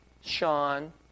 Sean